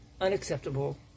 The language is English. unacceptable